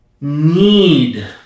need